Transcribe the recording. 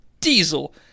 Diesel